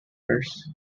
bears